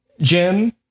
Jim